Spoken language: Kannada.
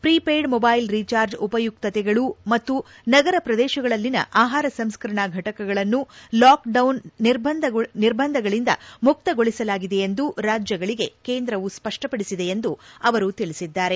ಪ್ರಿಪೇಯ್ ಮೊಬ್ಬೆಲ್ ರೀಚಾರ್ಜ್ ಉಪಯುಕ್ತತೆಗಳು ಮತ್ತು ನಗರ ಪ್ರದೇಶಗಳಲ್ಲಿನ ಆಹಾರ ಸಂಸ್ಕರಣಾ ಫಟಕಗಳನ್ನು ಲಾಕ್ಡೌನ್ ನಿರ್ಬಂಧಗಳಿಂದ ಮುಕ್ತಗೊಳಿಸಲಾಗಿದೆ ಎಂದು ರಾಜ್ಗಳಿಗೆ ಕೇಂದ್ರವು ಸ್ಪಷ್ಪಡಿಸಿದೆ ಎಂದು ಅವರು ತಿಳಿಸಿದ್ದಾರೆ